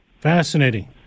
Fascinating